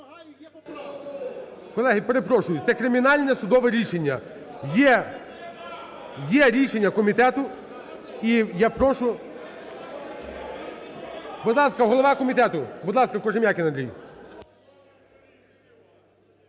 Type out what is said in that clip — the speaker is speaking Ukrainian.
Колеги, перепрошую, це кримінальне судове рішення. Є рішення комітету, і я прошу… (Шум у залі) Будь ласка, голова комітету. Будь ласка, Кожем'якін Андрій.